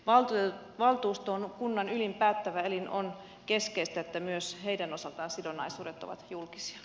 valtuusto on kunnan ylin päättävä elin ja on keskeistä että myös heidän osaltaan sidonnaisuudet ovat julkisia